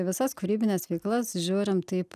į visas kūrybines veiklas žiūrim taip